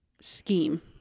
Scheme